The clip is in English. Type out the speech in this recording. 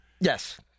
yes